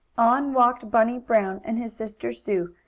on walked bunny brown and his sister sue,